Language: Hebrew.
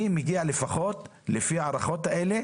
אני מגיע לפחות לפי הערכות האלה